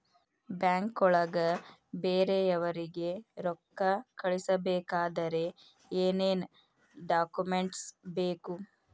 ಬ್ಯಾಂಕ್ನೊಳಗ ಬೇರೆಯವರಿಗೆ ರೊಕ್ಕ ಕಳಿಸಬೇಕಾದರೆ ಏನೇನ್ ಡಾಕುಮೆಂಟ್ಸ್ ಬೇಕು?